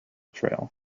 trail